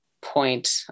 point